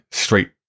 Straight